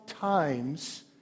times